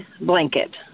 blanket